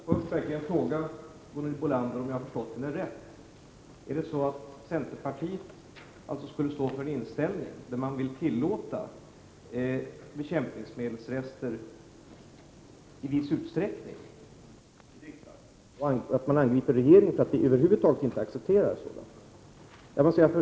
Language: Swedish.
Fru talman! Jag måste först fråga Gunhild Bolander om jag förstått henne rätt. Är det så att centerpartiet står för en inställning där man vill tillåta bekämpningsmedelsrester i viss utsträckning i dricksvattnet och att man angriper regeringen för att den över huvud taget inte accepterar sådana?